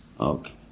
Okay